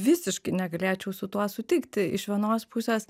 visiškai negalėčiau su tuo sutikti iš vienos pusės